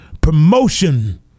Promotion